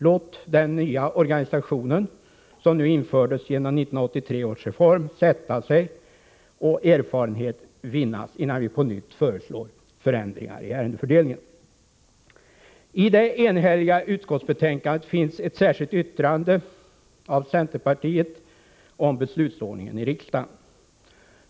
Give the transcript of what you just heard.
Låt den nya organisationen, som infördes genom 1983 års reform, ”sätta sig” och erfarenhet vinnas, innan vi på nytt föreslår förändringar i ärendefördelningen. I utskottsbetänkandet finns ett särskilt yttrande av centerpartiet om beslutsordningen i riksdagen.